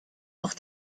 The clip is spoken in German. auch